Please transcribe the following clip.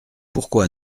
pourquoi